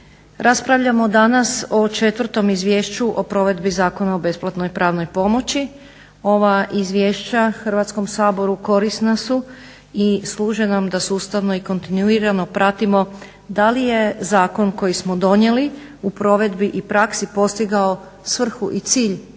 Raspravljamo danas o 4.izvješću o provedbi Zakona o besplatnoj pravnoj pomoći. Ova izvješća Hrvatskom saboru korisna su i služe nam da sustavno i kontinuirano pratimo da li je zakon koji smo donijeli u provedbi i praksi postigao svrhu i cilj